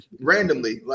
randomly